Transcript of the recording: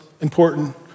important